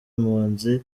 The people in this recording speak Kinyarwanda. impunzi